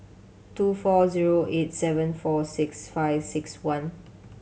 two four zero eight seven four six five six one